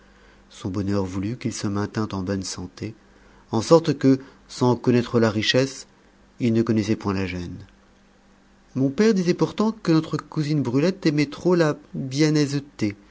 son bonheur voulut qu'il se maintînt en bonne santé en sorte que sans connaître la richesse il ne connaissait point la gêne mon père disait pourtant que notre cousine brulette aimait trop la